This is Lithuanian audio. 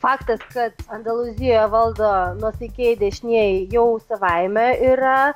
faktas kad andalūziją valdo nuosaikieji dešinieji jau savaime yra